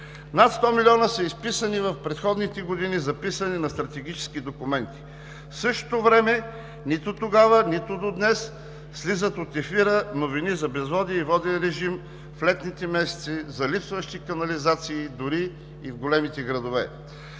над 100 милиона са изписани в предходните години за писане на стратегически документи. В същото време нито тогава, нито днес слизат от ефира новините за безводие и воден режим в летните месеци, за липсващите канализации и в големите градове.